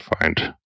find